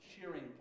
cheering